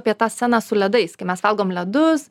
apie tą sceną su ledais kai mes valgom ledus